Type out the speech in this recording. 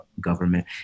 government